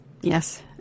Yes